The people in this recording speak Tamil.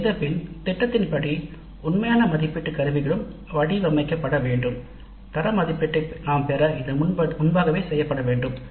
அதைச் செய்தபின் திட்டத்தின் படி உண்மையான மதிப்பீட்டு கருவிகளும் வடிவமைக்கப்பட வேண்டும் தர மதிப்பீட்டை நாம் பெற இது முன் செய்யப்பட வேண்டும்